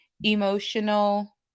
emotional